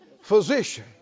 physician